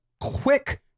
Quick